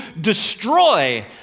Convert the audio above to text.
destroy